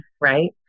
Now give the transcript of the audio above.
Right